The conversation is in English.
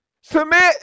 submit